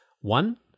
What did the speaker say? One